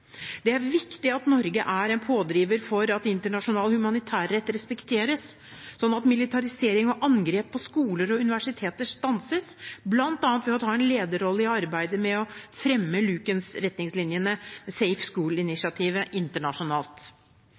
Det er viktig at Norge er en pådriver for at internasjonal humanitærrett respekteres, sånn at militarisering og angrep på skoler og universiteter stanses, bl.a. ved å ta en lederrolle i arbeidet med å fremme Lucens-retningslinjene – Safe Schools-initiativet – internasjonalt.